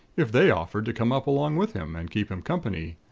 if they offered to come up along with him, and keep him company.